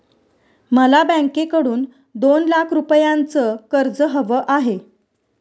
मला बँकेकडून दोन लाख रुपयांचं कर्ज हवं आहे